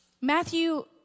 Matthew